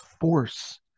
force